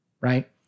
right